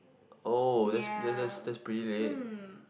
yeah mm